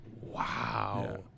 Wow